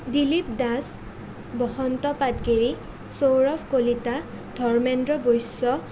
Dilip Das Basanta Patgiri Saurabh Kalita Dharmendra Baishya